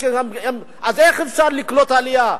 אז איך אפשר לקלוט עלייה?